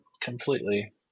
completely